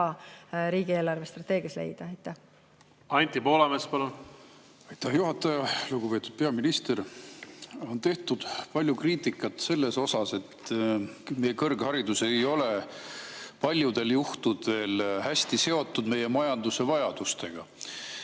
riigi eelarvestrateegias leida. Anti Poolamets, palun! Anti Poolamets, palun! Aitäh, juhataja! Lugupeetud peaminister! On tehtud palju kriitikat selle kohta, et meie kõrgharidus ei ole paljudel juhtudel hästi seotud meie majanduse vajadustega.